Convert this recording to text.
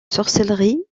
sorcellerie